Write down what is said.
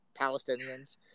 Palestinians